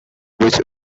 which